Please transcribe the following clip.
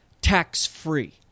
tax-free